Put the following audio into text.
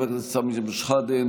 חבר הכנסת סמי אבו שחאדה,